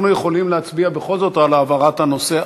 אנחנו יכולים להצביע בכל זאת על העברת הנושא.